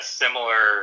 similar